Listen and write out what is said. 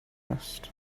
vest